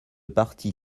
parti